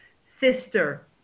sister